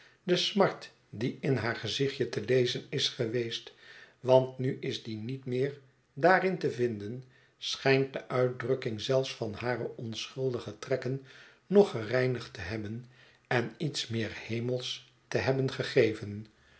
de smart die in haar gezichtje te lezen is geweest want nu is die niet meer daarin te vinden schijnt de uitdrukking zelfs van hare onschuldige trekken nog gereinigd te hebben en iets meer hemelsch te hebben gegeven